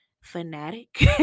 fanatic